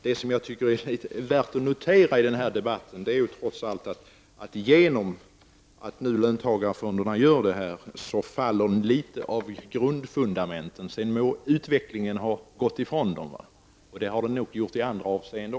Det som är värt att notera i denna debatt är trots allt att när nu löntagarfonderna gör det här rasar något av fundamentet. Utvecklingen har här gått ifrån löntagarfonderna, och det gäller nog också i andra avseenden.